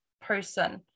person